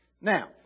Now